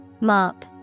Mop